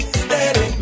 steady